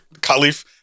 Khalif